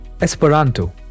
Esperanto